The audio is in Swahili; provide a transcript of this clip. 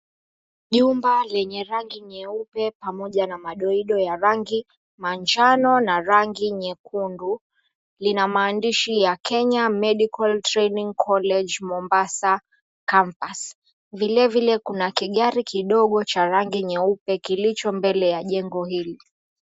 Jumba lenye rangi nyeupe pamoja na madoido ya rangi manjano na rangi nyekundu, lina maandishi ya Kenya Medical Training College Mombasa Campus, vilevile kuna kigari kidogo cha rangi nyeupe kilicho mbele ya jengo hilo.